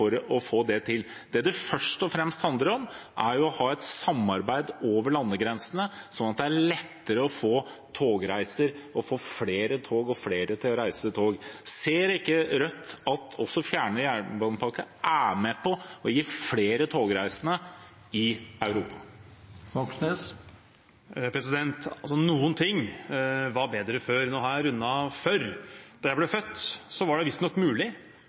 å få det til. Det det først og fremst handler om, er å ha et samarbeid over landegrensene, sånn at det er lettere å få togreiser, få flere tog og flere til å reise med tog. Ser ikke Rødt at også jernbanepakke IV er med på å gi flere togreisende i Europa? Noen ting var bedre før. Nå har jeg rundet 40. Da jeg ble født, var det visstnok mulig